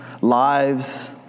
lives